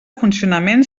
funcionament